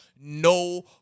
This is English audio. no